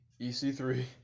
EC3